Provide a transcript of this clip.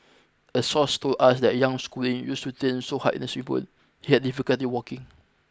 a source told us that young schooling used to so hard he had difficulty walking